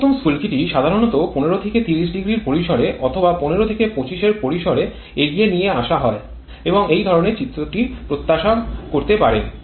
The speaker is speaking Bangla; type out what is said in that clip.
সর্বোত্তম স্ফুলকিটি সাধারণত ১৫ থেকে ৩০০ এর পরিসরে অথবা ১৫ থেকে ২৫০ এর পরিসরে এগিয়ে নিয়ে আসা হয় এবং এই ধরনের চিত্রটি প্রত্যাশা করতে পারেন